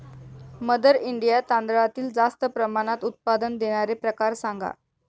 mother India तांदळातील जास्त प्रमाणात उत्पादन देणारे प्रकार सांगा